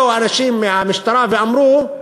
באו אנשים מהמשטרה ואמרו: